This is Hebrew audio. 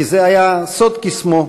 כי זה היה סוד קסמו.